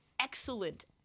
excellent